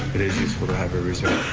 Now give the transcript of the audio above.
it is useful to have a reserve.